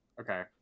okay